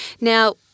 Now